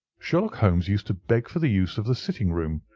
sherlock holmes used to beg for the use of the sitting-room,